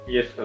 Yes